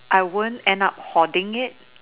I won't end up hoarding it